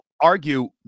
argue